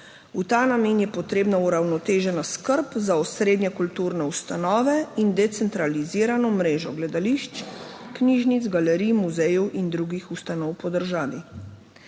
V ta namen je potrebna uravnotežena skrb za osrednje kulturne ustanove in decentralizirano mrežo gledališč, knjižnic, galerij, muzejev in drugih ustanov po državi.